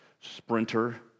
sprinter